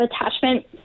attachment